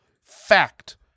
fact